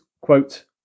quote